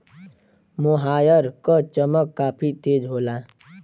मोहायर क चमक काफी तेज होला